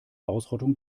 ausrottung